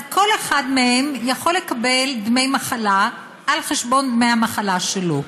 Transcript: כל אחד מבני הזוג יכול לקבל דמי מחלה על חשבון דמי המחלה שלו.